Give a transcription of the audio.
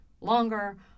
longer